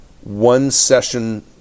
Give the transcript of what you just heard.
one-session